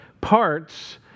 parts